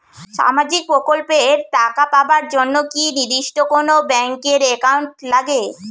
সামাজিক প্রকল্পের টাকা পাবার জন্যে কি নির্দিষ্ট কোনো ব্যাংক এর একাউন্ট লাগে?